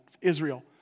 Israel